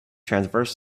transverse